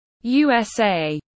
USA